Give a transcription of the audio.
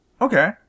Okay